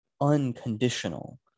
unconditional